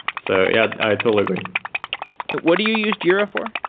so, yeah, i totally agree what do you use jira for?